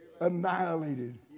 Annihilated